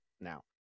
now